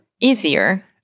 Easier